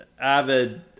avid